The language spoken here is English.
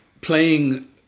playing